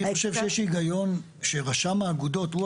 אני חושב שיש היגיון שרשם האגודות הוא